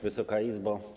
Wysoka Izbo!